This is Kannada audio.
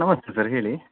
ನಮಸ್ತೆ ಸರ್ ಹೇಳಿ